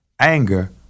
anger